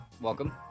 Welcome